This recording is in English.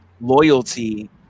loyalty